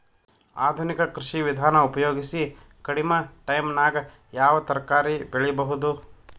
ಆಧುನಿಕ ಕೃಷಿ ವಿಧಾನ ಉಪಯೋಗಿಸಿ ಕಡಿಮ ಟೈಮನಾಗ ಯಾವ ತರಕಾರಿ ಬೆಳಿಬಹುದು?